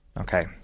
Okay